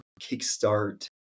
kickstart